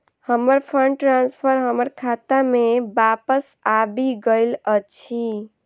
हमर fund transfer हमर खाता मे बापस आबि गइल अछि